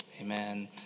Amen